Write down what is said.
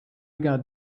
got